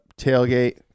tailgate